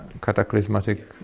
cataclysmatic